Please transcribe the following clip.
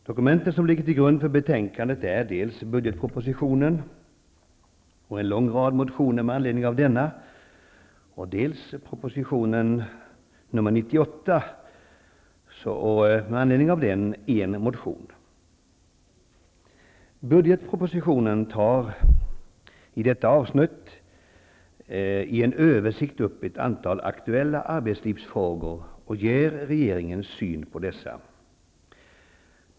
Dokumentet som ligger till grund för betänkandet är dels budgetpropositionen och en lång rad motioner med anledning av denna, dels proposition Budgetpropositionen tar i detta avsnitt i en översikt upp ett antal aktuella arbetslivsfrågor och ger regeringens syn på dessa.